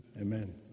Amen